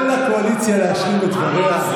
תן לקואליציה להשלים את דבריה.